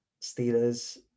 Steelers